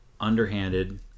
underhanded